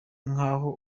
nk’aho